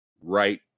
right